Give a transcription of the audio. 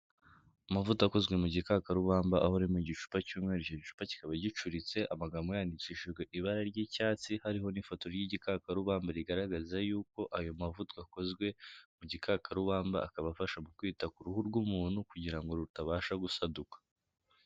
Amavuta akozwe mu gikakarubamba ahori mu gicupa cy'umweru, icyo gicupa kikaba gicuritse, amagambo yandikishijwe ibara ry'icyatsi, hariho n'ifoto y'igikakarubamba rigaragaza ayo mavuta akozwe mu gikakarubamba, akaba afasha ku kwita ku ruhu rw'umuntu kugira ngo rutabasha gusaduka.